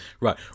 right